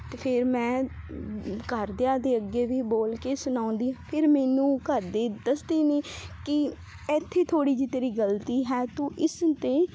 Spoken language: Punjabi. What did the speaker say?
ਅਤੇ ਫਿਰ ਮੈਂ ਘਰਦਿਆਂ ਦੇ ਅੱਗੇ ਵੀ ਬੋਲ ਕੇ ਸੁਣਾਉਂਦੀ ਫਿਰ ਮੈਨੂੰ ਘਰਦੇ ਦੱਸਦੇ ਨੇ ਕਿ ਇੱਥੇ ਥੋੜ੍ਹੀ ਜਿਹੀ ਤੇਰੀ ਗਲਤੀ ਹੈ ਤੂੰ ਇਸ 'ਤੇ